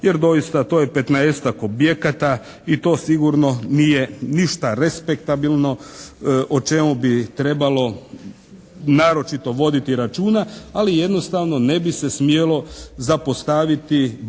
jer doista to je 15-ak objekata i to sigurno nije ništa respektabilno o čemu bi trebalo naročito voditi računa. Ali jednostavno ne bi se smjelo zapostaviti bojazan